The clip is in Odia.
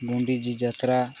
ଗୁଣ୍ଡିଚା ଯାତ୍ରା